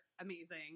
amazing